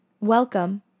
Welcome